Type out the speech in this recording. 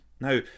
Now